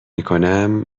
میکنم